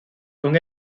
con